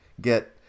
get